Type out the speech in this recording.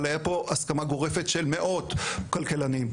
אבל היה פה הסכמה גורפת של מאות כלכלנים,